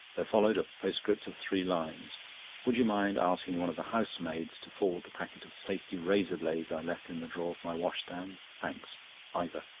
there followed a postscript of three lines would you mind asking one of the housemaids to forward the packet of safety-razor blades i left in the drawer of my washstand. thanks ivor.